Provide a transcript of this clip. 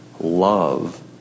Love